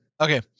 Okay